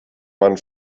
man